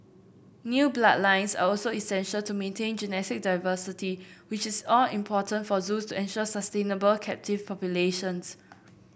new bloodlines are also essential to maintain genetic diversity which is all important for zoos to ensure sustainable captive populations